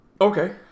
Okay